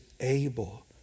able